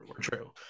true